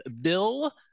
Bill